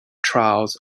trials